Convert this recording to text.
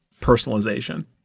personalization